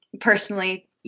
personally